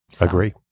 Agree